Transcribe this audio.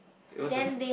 it was the